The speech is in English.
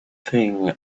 thing